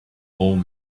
old